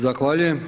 Zahvaljujem.